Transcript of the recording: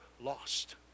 lost